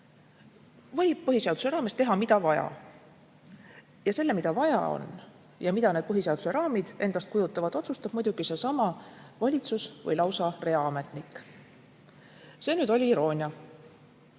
võib põhiseaduse raames teha, mida vaja, ning selle, mida vaja on ja mida need põhiseaduse raamid endast kujutavad, otsustab muidugi seesama valitsus või lausa reaametnik. See oli muidugi iroonia.